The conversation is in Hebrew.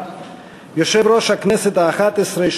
נשיאה החמישי של